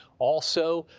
also,